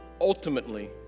ultimately